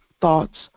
thoughts